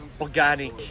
organic